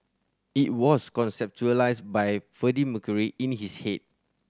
it was conceptualised by Freddie Mercury in his head